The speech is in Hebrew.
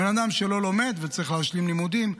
בן אדם שלא לומד וצריך להשלים לימודים.